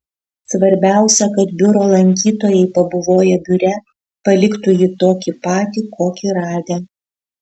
svarbiausia kad biuro lankytojai pabuvoję biure paliktų jį tokį patį kokį radę